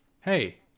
Hey